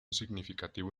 significativo